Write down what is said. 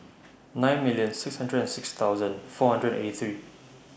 nine million six hundred and six thousand four hundred and eighty three